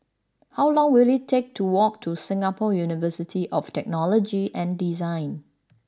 how long will it take to walk to Singapore University of Technology and Design